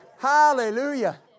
Hallelujah